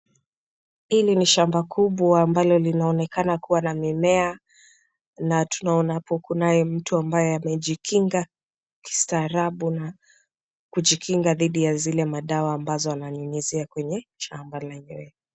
Hili ni shamba kubwa ambalo linaonekana kuwa la mimea na tunaona hapo kunaye mtu ambaye, amejikinga kistaarabu na kujikinga dhidi ya madawa ambazo ambazo ananyunyizia kwenye shamba lenyewe.